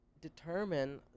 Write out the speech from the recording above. determine